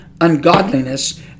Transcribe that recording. ungodliness